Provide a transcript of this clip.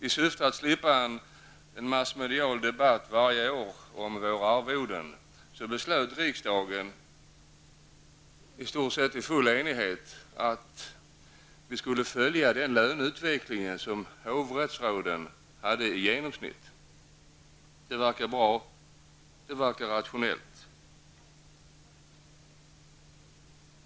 I syfte att slippa en massmedial debatt varje år om våra arvoden beslöt riksdagen, i stort sett i full enighet, att vi skulle följa den löneutveckling som hovrättsråden hade i genomsnitt. Det verkar vara bra och rationellt.